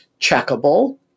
checkable